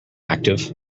active